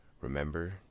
remember